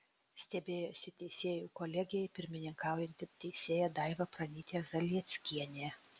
stebėjosi teisėjų kolegijai pirmininkaujanti teisėja daiva pranytė zalieckienė